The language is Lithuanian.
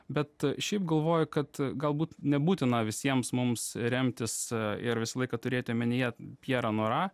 bet šiaip galvoju kad galbūt nebūtina visiems mums remtis ir visą laiką turėti omenyje pjerą nora